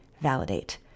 validate